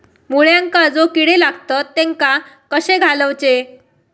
मुळ्यांका जो किडे लागतात तेनका कशे घालवचे?